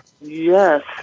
Yes